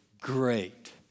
great